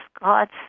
God's